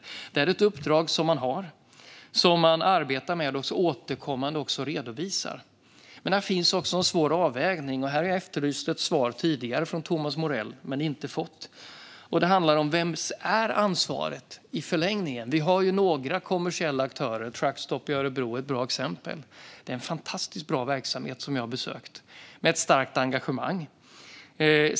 Detta är det uppdrag man har, som man arbetar med och som man också återkommande redovisar. Här finns dock också en svår avvägning. Här har jag efterlyst ett svar tidigare från Thomas Morell men inte fått något. Det handlar om vems ansvaret i förlängningen är. Vi har några kommersiella aktörer. Truckstop i Örebro är ett bra ett exempel - en fantastiskt bra verksamhet som jag har besökt, med ett starkt engagemang.